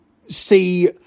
see